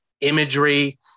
imagery